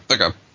okay